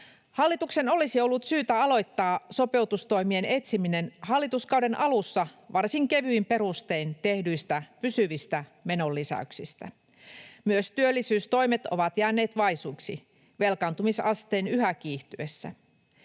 Hallituksen olisi ollut syytä aloittaa sopeutustoimien etsiminen hallituskauden alussa varsin kevyin perustein tehdyistä pysyvistä menonlisäyksistä. Myös työllisyystoimet ovat jääneet vaisuiksi velkaantumisasteen yhä kiihtyessä.